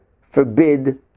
forbid